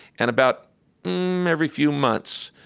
and about every few months,